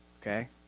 Okay